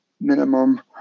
minimum